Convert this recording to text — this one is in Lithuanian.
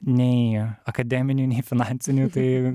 nei akademinių nei finansinių tai